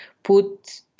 put